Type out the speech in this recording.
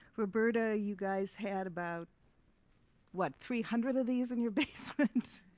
roberta you guys had about what three hundred of these in your basement.